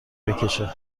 بکشه